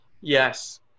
Yes